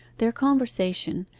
their conversation,